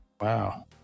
Wow